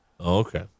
Okay